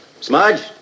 Smudge